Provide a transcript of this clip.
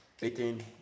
18